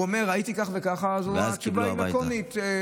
הוא אומר: הייתי ככה וככה, והתשובה היא לקונית.